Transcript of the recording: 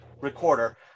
recorder